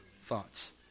thoughts